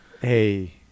Hey